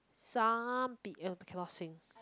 some cannot sing